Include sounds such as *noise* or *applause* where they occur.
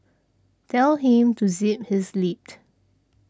tell him to zip his lip *noise*